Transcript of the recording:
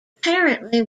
apparently